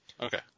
Okay